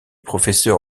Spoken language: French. professeur